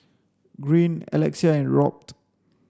Greene Alexia and Robt